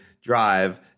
drive